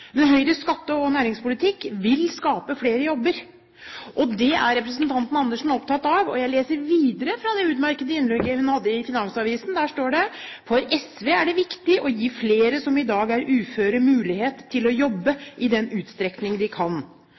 Men Høyres skatte- og næringspolitikk vil skape flere jobber, og det er representanten Andersen opptatt av. Jeg leser videre fra det utmerkede innlegget hun hadde i Finansavisen. Der står det: «For SV er det viktig å gi flere som i dag er uføre mulighet til å jobbe i den utstrekning de kan.»